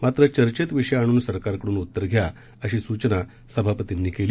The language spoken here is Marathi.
मात्र चर्चेत विषय आणून सरकारकडून उत्तर घ्या अशी सूचना सभापतींनी केली